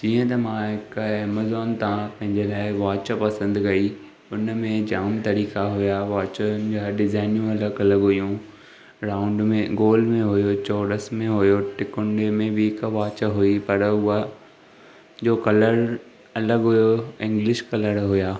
जीअं त मां हिकु अमेज़ॉन था पंहिंजे लाइ वॉच पसंदि कई हुन में जाम तरीक़ा हुआ वॉचुनि जा डिज़ाइनियूं अलॻि अलॻि हुयूं राउंड में गोल में हुओ चोरस में हुओ त्रिकोन में बि हिकु वॉच हुई पर उहा जो कलर अलॻि हुओ इंग्लिश कलर हुआ